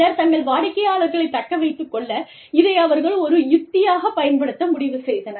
சிலர் தங்கள் வாடிக்கையாளர்களை தக்க வைத்துக் கொள்ள இதை அவர்கள் ஒரு உத்தியாகப் பயன்படுத்த முடிவு செய்தனர்